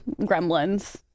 gremlins